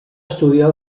estudiar